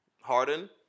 Harden